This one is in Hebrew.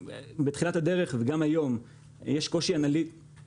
בתחילת הדרך וגם היום, יש קושי באנליטיקה.